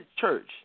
church